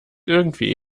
irgendwie